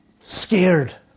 scared